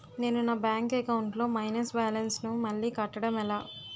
నేను నా bank account లొ మైనస్ బాలన్స్ ను మళ్ళీ కట్టడం ఎలా?